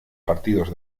partidos